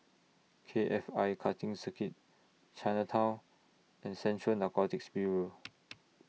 K F I Karting Circuit Chinatown and Central Narcotics Bureau